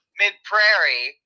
mid-Prairie